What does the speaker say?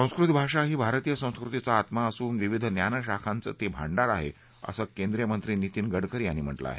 संस्कृत भाषा ही भारतीय संस्कृतीचा आत्मा असून विविध ज्ञानशाखांचं भांडार त्यात आहे असं केंद्रीय मत्री नितीन गडकरी यांनी म्हाळे आहे